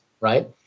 Right